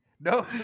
No